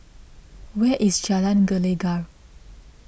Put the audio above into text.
where is Jalan Gelegar